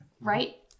right